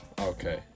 okay